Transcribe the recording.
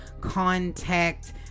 contact